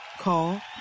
Call